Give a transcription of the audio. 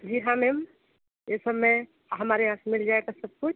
जी हाँ मैम यह सब मैं हमारे यहाँ से मिल जाएगा सब कुछ